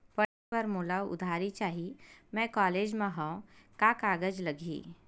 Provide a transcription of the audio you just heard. पढ़े बर मोला उधारी चाही मैं कॉलेज मा हव, का कागज लगही?